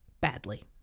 badly